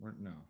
no